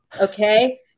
Okay